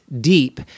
deep